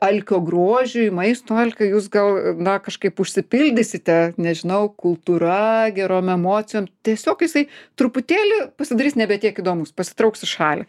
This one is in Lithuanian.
alkio grožiui maisto alkiui jūs gal na kažkaip užsipildykite nežinau kultūra gerom emocijom tiesiog jisai truputėlį pasidarys nebe tiek įdomūs pasitrauks į šalį